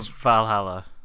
Valhalla